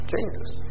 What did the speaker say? Jesus